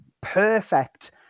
perfect